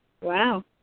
wow